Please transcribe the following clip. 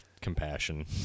compassion